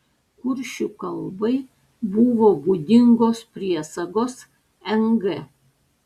kuršių kalbai buvo būdingos priesagos ng